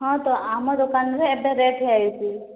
ହଁ ତ ଆମ ଦୋକାନରେ ଏବେ ରେଟ୍ ହୋଇଛି